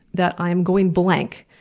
that i am going blank,